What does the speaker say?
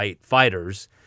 fighters